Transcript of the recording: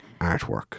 artwork